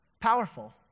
powerful